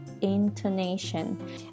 intonation